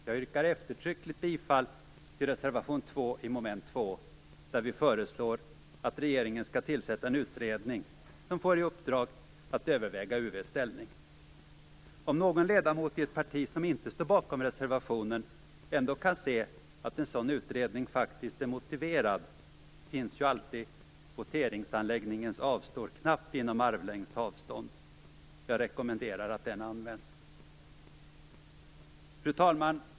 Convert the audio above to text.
Jag yrkar eftertryckligt bifall till reservation 2 i mom. 2 där vi föreslår att regeringen skall tillsätta en utredning som får i uppdrag att överväga UV:s ställning. Om någon ledamot i ett parti som inte står bakom reservationen ändå kan se att en sådan utredning faktiskt är motiverad finns ju alltid voteringsanläggningens avstår-knapp inom armlängds avstånd. Jag rekommenderar att den används. Fru talman!